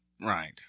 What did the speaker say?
Right